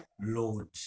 Lord